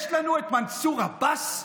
יש לנו את מנסור עבאס,